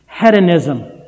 Hedonism